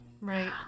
Right